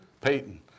Peyton